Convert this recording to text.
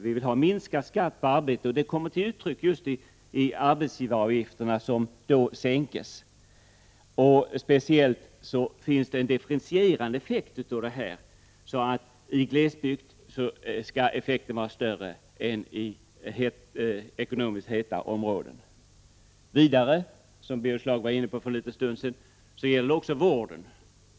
Vi vill ha minskad skatt på arbete, och detta kommer till uttryck i vår syn på arbetsgivaravgifterna som vi vill skall sänkas. Detta får speciellt en differentierande effekt. I glesbygd skall alltså effekten vara större än i ekonomiskt heta områden. Vidare, som Birger Schlaug var inne på för en liten stund sedan, så gäller det också vården.